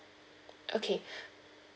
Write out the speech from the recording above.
okay